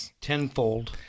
tenfold